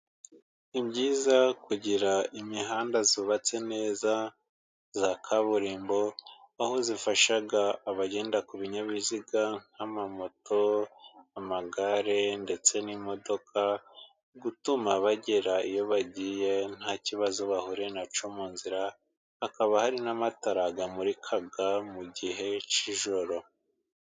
Ni byizayiza kugira imihanda yubatse neza, za kaburimbo aho zifasha abagenda ku binyabiziga nk'amamoto, amagare ndetse n'imodoka, ituma bagera iyo bagiye nta kibazo bahuriye na cyo mu nzira, hakaba hari n'amatara amurika mu gihe cy'ijoro.